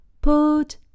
Put